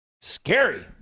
Scary